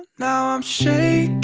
now i'm shaking,